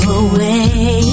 away